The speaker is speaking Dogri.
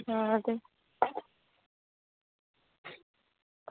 हां ते